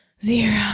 zero